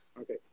Okay